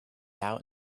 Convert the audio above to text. out